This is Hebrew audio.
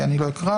אני לא אקרא.